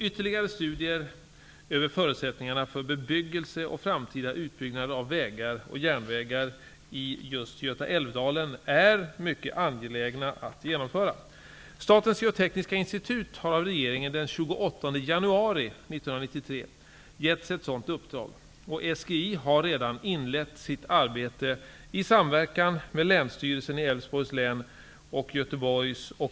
Ytterligare studier över förutsättningarna för bebyggelse och framtida utbyggnader av vägar och järnvägar i just Göta Älvdal är mycket angelägna att genomföra. har redan inlett sitt arbete i samverkan med länsstyrelsen i Älvsborgs län och Göteborgs och